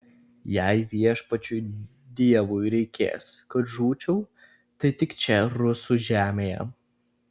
jei viešpačiui dievui reikės kad žūčiau tai tik čia rusų žemėje